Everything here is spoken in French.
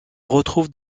retrouve